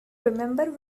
remember